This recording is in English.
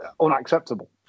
unacceptable